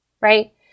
right